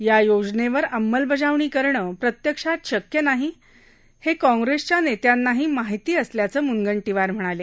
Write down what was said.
या योजनेवर अंमलबजावणी करणं प्रत्यक्षात शक्य नाही हे काँग्रेसच्या नेत्यांनाही माहिती असल्याचं मूनगंटीवार म्हणाले